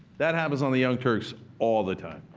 that happens on the young turks all the time.